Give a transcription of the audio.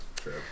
True